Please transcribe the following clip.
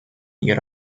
ihre